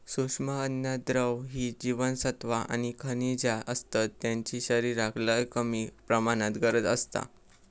सूक्ष्म अन्नद्रव्य ही जीवनसत्वा आणि खनिजा असतत ज्यांची शरीराक लय कमी प्रमाणात गरज असता